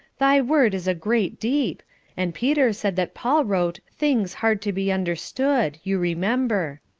thy word is a great deep and peter said that paul wrote things hard to be understood you remember.